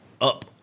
up